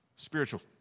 Spiritual